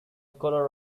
scholar